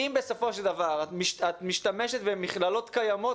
אם בסופו של דבר נשתמש במכללות קיימות